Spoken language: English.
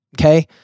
Okay